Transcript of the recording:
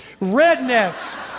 rednecks